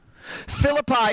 Philippi